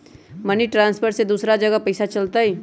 Money transfer से दूसरा जगह पईसा चलतई?